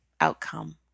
outcome